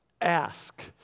Ask